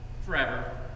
forever